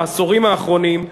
בעשורים האחרונים,